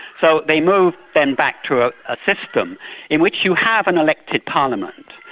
so they move then back to ah a system in which you have an elected parliament,